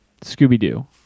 Scooby-Doo